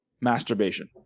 masturbation